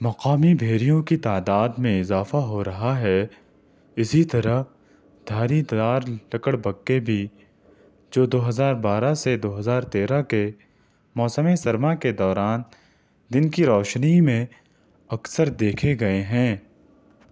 مقامی بھیڑیوں کی تعداد میں اضافہ ہو رہا ہے اسی طرح دھاری دار لکڑبھگے بھی جو دو ہزار بارہ سے دو ہزار تیرہ کے موسم سرما کے دوران دن کی روشنی میں اکثر دیکھے گئے ہیں